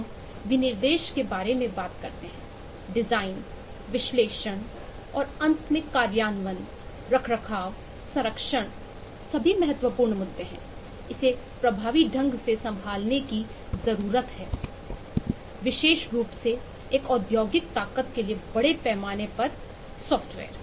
हम विनिर्देश के बारे में बात करते हैं डिजाइन विश्लेषण और अंत में कार्यान्वयन रखरखाव संरक्षण सभी महत्वपूर्ण मुद्दे हैं इसे प्रभावी ढंग से संभालने की जरूरत है विशेष रूप से एक औद्योगिक ताकत के लिए बड़े पैमाने पर सॉफ्टवेयर